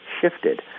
shifted